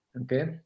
Okay